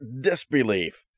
disbelief